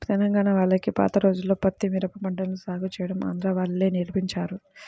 తెలంగాణా వాళ్లకి పాత రోజుల్లో పత్తి, మిరప పంటలను సాగు చేయడం ఆంధ్రా వాళ్ళే నేర్పించారు